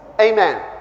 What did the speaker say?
Amen